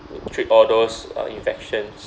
to treat all those uh infections